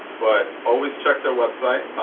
but always check their website.